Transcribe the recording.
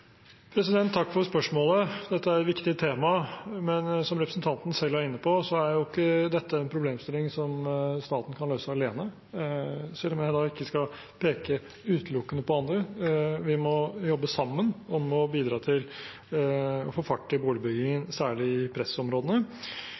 stort. Takk for spørsmålet. Dette er et viktig tema, men som representanten selv er inne på, er ikke dette en problemstilling staten kan løse alene, selv om jeg ikke skal peke utelukkende på andre. Vi må jobbe sammen om å bidra til å få fart i boligbyggingen,